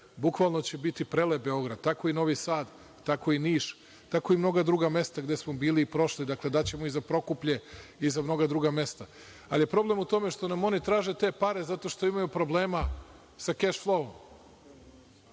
svetlu. Bukvalno će biti prelep Beograd. Tako i Novi Sad, tako i Niš, tako i mnoga druga mesta gde smo bili i prošli. Daćemo i za Prokuplje i za mnoga druga mesta. Ali je problem u tome što nam oni traže te pare zato što imaju problema sa keš-floom.